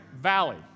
valley